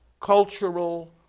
cultural